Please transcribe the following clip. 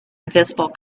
invisible